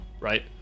Right